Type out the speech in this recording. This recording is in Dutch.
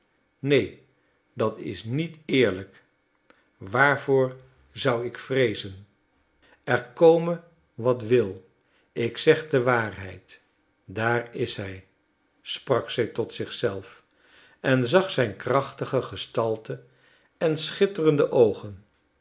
neen dat is niet eerlijk waarvoor zou ik vreezen er kome wat wil ik zeg de waarheid daar is hij sprak zij tot zich zelf en zag zijn krachtige gestalte en schitterende oogen